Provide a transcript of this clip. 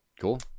Cool